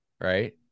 right